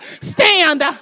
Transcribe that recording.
Stand